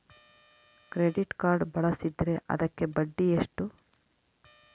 Credit card ಬಳಸಿದ್ರೇ ಅದಕ್ಕ ಬಡ್ಡಿ ಎಷ್ಟು?